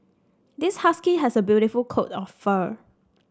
this husky has a beautiful coat of fur